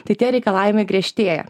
tai tie reikalavimai griežtėja